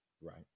Right